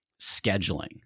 scheduling